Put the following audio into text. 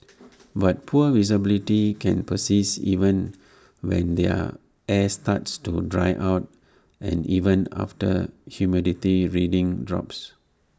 but poor visibility can persist even when their air starts to dry out and even after humidity readings drops